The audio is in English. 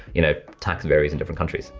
you know, tax varies in different countries.